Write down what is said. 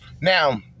Now